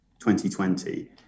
2020